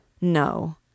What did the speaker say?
No